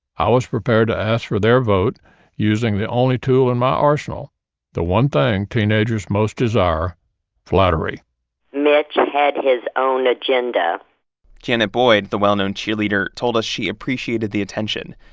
i was prepared to ask for their vote using the only tool in my arsenal the one thing teenagers most desire flattery mitch had his own agenda janet boyd, the well-known cheerleader, told us she appreciated the attention,